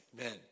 Amen